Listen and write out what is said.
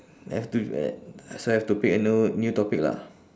have to so I have to pick a new new topic lah